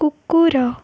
କୁକୁର